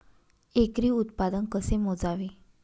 एकरी उत्पादन कसे मोजावे?